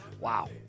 wow